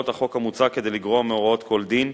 החוק המוצע כדי לגרוע מהוראות כל דין,